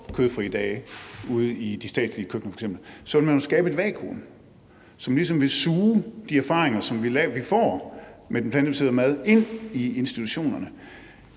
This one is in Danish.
kødfrie dage ude i de statslige køkkener, så ville man jo skabe et vakuum, som ligesom vil suge de erfaringer, som vi får med den plantebaserede mad, ind i institutionerne.